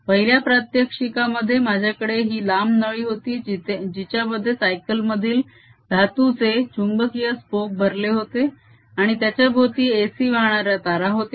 पहिल्या प्रात्यक्षिकामध्ये माझ्याकडे ही लांब नळी होती जिच्यामध्ये सायकलमधील धातूचे चुंबकीय स्पोक भरले होते आणि त्याच्या भोवती AC वाहणाऱ्या तारा होत्या